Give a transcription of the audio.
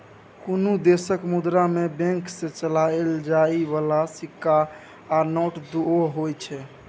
कुनु देशक मुद्रा मे बैंक सँ चलाएल जाइ बला सिक्का आ नोट दुओ होइ छै